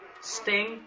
Sting